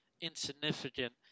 insignificant